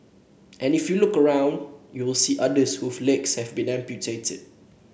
and if you look around you will see others whose legs have been amputated